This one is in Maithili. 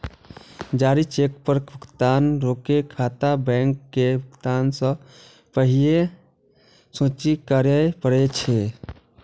जारी चेक पर भुगतान रोकै खातिर बैंक के भुगतान सं पहिने सूचित करय पड़ै छै